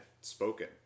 spoken